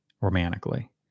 romantically